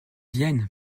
viennent